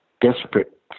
desperate